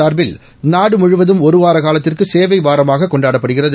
சார்பில் நாடு முழுவதும் ஒரு வார காலத்திற்கு சேவை வாரமாக கொண்டாடப்படுகிறது